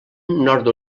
nord